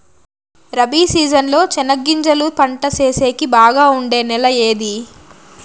Rabi season లో చెనగగింజలు పంట సేసేకి బాగా ఉండే నెల ఏది?